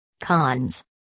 Cons